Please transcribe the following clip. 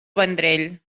vendrell